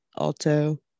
alto